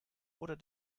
oder